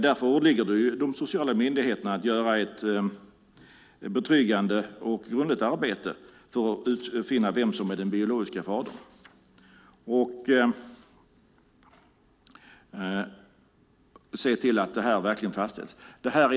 Därför åligger det de sociala myndigheterna att göra ett betryggande och grundligt arbete för att finna ut vem som är den biologiska fadern och se till att det verkligen fastställs.